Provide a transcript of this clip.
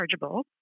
rechargeable